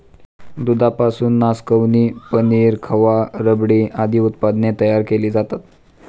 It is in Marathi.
दुधापासून नासकवणी, पनीर, खवा, रबडी आदी उत्पादने तयार केली जातात